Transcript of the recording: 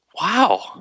wow